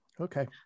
Okay